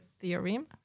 theorem